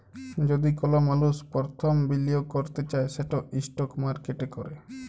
যদি কল মালুস পরথম বিলিয়গ ক্যরতে চায় সেট ইস্টক মার্কেটে ক্যরে